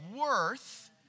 worth